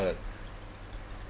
the